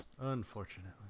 Unfortunately